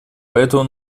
поэтому